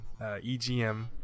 EGM